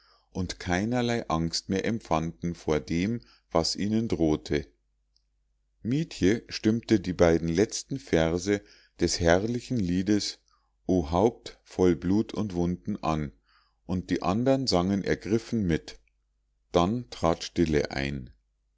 und keinerlei angst mehr empfanden vor dem was ihnen drohte mietje stimmte die beiden letzten verse des herrlichen liedes o haupt voll blut und wunden an und die andern sangen ergriffen mit dann trat stille ein